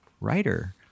writer